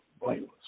blameless